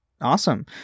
Awesome